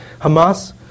Hamas